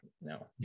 no